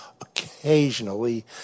occasionally